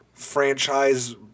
franchise